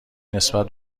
نسبت